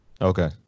okay